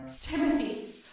Timothy